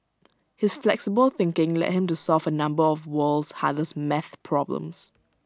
his flexible thinking led him to solve A number of the world's hardest math problems